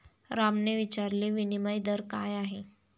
रामने विचारले, विनिमय दर काय आहे?